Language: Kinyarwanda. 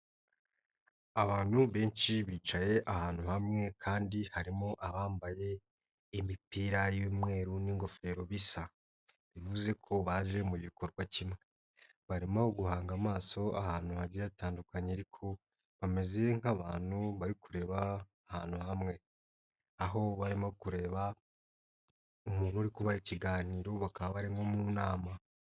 Abantu benshi bicaye ahantu hamwe kandi harimo abambaye imipira y'umweru n'ingofero bisa bivuze ko baje mu gikorwa kimwe, barimo guhanga amaso ahantu hagiye hatandukanye ariko bameze nk'abantu bari kureba ahantu hamwe, aho barimo kureba umuntu uri kuba ikiganiro bakaba bari nko mu nama.